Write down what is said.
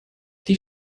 die